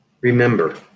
remember